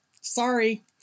sorry